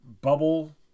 bubble